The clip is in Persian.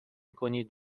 کنید